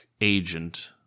agent